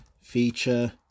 feature